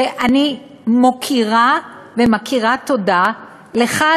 ואני מוקירה ומכירה תודה לך,